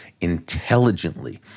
intelligently